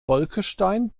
bolkestein